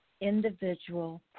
individual